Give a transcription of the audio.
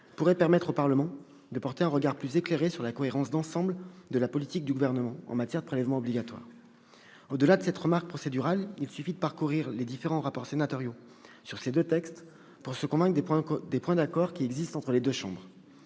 pourrait permettre au Parlement de porter un regard plus éclairé sur la cohérence d'ensemble de la politique du Gouvernement en matière de prélèvements obligatoires ». Au-delà de cette remarque procédurale, il suffit de parcourir les différents rapports sénatoriaux sur ces deux textes pour se convaincre des points d'accord qui existent entre les deux chambres.